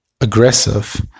aggressive